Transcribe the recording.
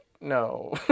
No